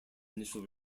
initial